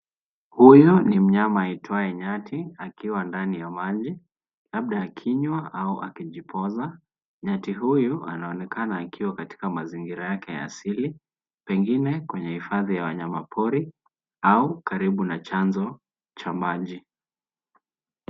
Huyu ni mnyama aitwaye nyati, akiwa ndani ya maji, labda akinywa, au akijipoza, nyati huyu anaonekana akiwa katika mazingira yake ya asili, pengine kwenye hifadhi ya wanyama pori, au karibu na chanzo cha maji.